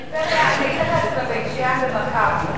בפריפריה, אגיד לך את זה לגבי "מכבי" בבית-שאן.